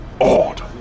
odd